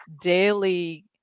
daily